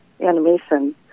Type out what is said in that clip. animation